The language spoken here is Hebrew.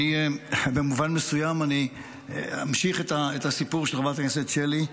במובן מסוים אני אמשיך את הסיפור של חברת הכנסת שלי.